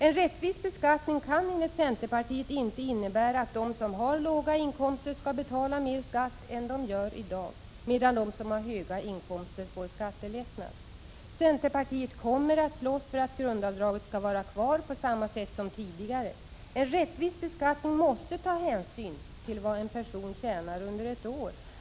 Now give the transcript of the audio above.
En rättvis beskattning kan enligt centerpartiet inte innebära att de som har låga inkomster skall betala mer skatt än de gör i dag, medan de som har höga inkomster får skattelättnad. Centerpartiet kommer att slåss för att grundavdraget skall vara kvar på samma sätt som tidigare. En rättvis beskattning måste ta hänsyn till vad en person tjänar under ett år.